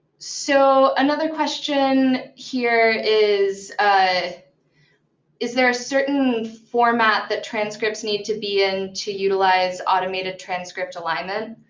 so another question here is, ah is there a certain format that transcripts need to be in to utilize automated transcript alignment?